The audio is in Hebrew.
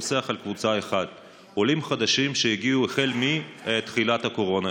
פוסח על קבוצה אחת: עולים חדשים שהגיעו החל מתחילת הקורונה,